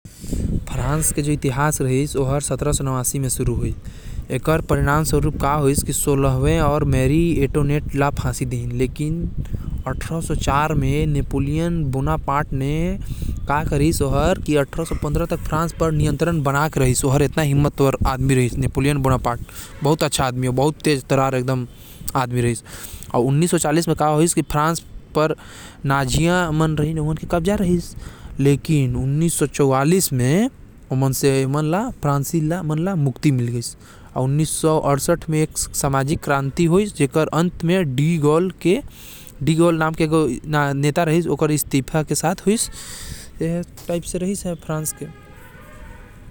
फ्रांस के इतिहास सत्तरह सौ नवासी म शुरू होइस। अट्ठारह सौ नौ म नपोलीन के कब्जा म रहिस फ्रांस। उन्नीस सौ चवालीस म फ्रांस नाज़ी मन से मुक्ति पाइस अउ उन्नीस सौ अड़सठ म एक सामाजिक क्रांति होइस फ्रांस म।